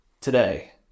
today